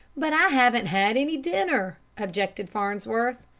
but i haven't had any dinner, objected farnsworth.